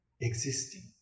existing